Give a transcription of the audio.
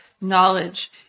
knowledge